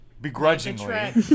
begrudgingly